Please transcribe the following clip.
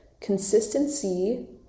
Consistency